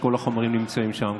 וכל החומרים נמצאים שם.